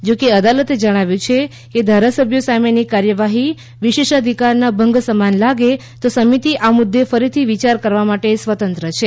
જો કે અદાલતે જણાવ્યુ છે કે ધારાસભ્યો સામેની કાર્યવાહી વિશેષાધિકારના ભંગ સમાન લાગે તો સમિતિ આ મુદ્દે ફરીથી વિચાર કરવા માટે સ્વતંત્ર છે